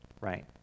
right